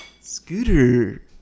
Scooter